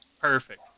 Perfect